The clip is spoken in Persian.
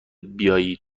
بیایی